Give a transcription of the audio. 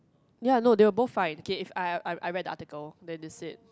ya I know they were both fined okay if I I I read the article then they said